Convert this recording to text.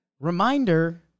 Reminder